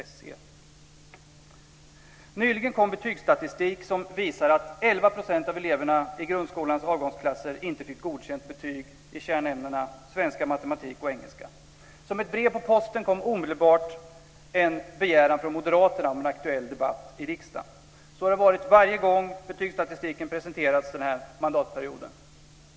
Nyligen kom betygsstatistik som visar att 11 % av eleverna i grundskolans avgångsklasser inte fick godkänt betyg i kärnämnena svenska, matematik och engelska. Som ett brev på posten kom omedelbart en begäran från Moderaterna om en aktuell debatt i riksdagen. Så har det varit varje gång betygsstatistiken presenterats den här mandatperioden.